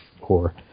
core